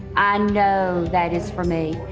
i know that is for me,